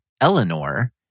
Eleanor